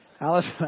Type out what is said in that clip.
Alice